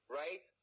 right